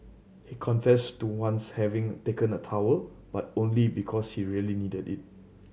he confessed to once having taken a towel but only because he really needed it